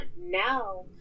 now